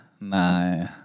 Nah